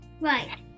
right